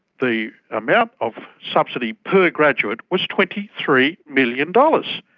the amount of subsidy per graduate was twenty three million dollars.